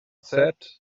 said